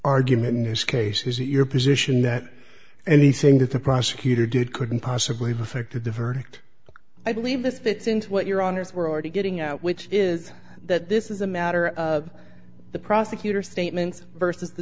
argument in this case is it your position that anything that the prosecutor did couldn't possibly have affected the verdict i believe this fits into what your honour's were already getting which is that this is a matter of the prosecutor statements versus the